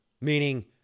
Meaning